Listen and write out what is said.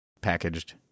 packaged